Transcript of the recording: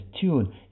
tune